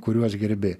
kuriuos gerbi